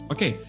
Okay